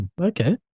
Okay